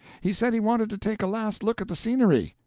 he said he wanted to take a last look at the scenery,